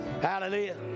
Hallelujah